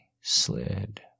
slid